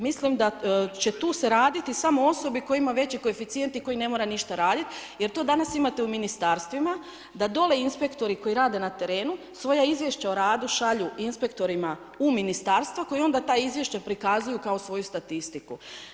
Mislim da će tu se raditi samo o osobi koja ima veći koeficijent koji ne mora ništa raditi, jer to danas imate u ministarstvima, da dolje inspektori koji dade na terenu, svoje izvješće o radu šalju inspektorima u ministarstvu, koji onda ta izvješća prikazuju kao svoju statistiku.